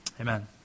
amen